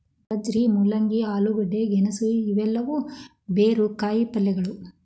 ಗಜ್ಜರಿ, ಮೂಲಂಗಿ, ಆಲೂಗಡ್ಡೆ, ಗೆಣಸು ಇವೆಲ್ಲವೂ ಬೇರು ಕಾಯಿಪಲ್ಯಗಳು